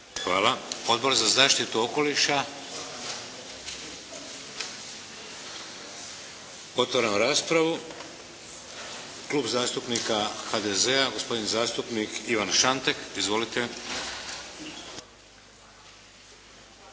Hvala. Odbor za zaštitu okoliša? Otvaram raspravu. Klub zastupnika HDZ-a gospodin zastupnik Ivan Šantek. Izvolite.